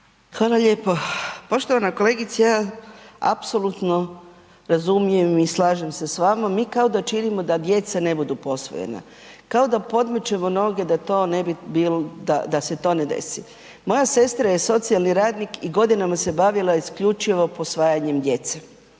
Hvala lijepo. Poštovana kolegice ja apsolutno razumijem i slažem se s vama, mi kao da činimo da djeca ne budu posvojena, kao da podmećemo noge da to ne bi bilo, da se to ne desi. Moja sestra je socijalni radnik i godinama se bavila isključivo posvajanjem djece.